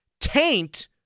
Taint